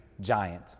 Giant